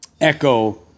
echo